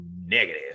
negative